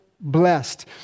blessed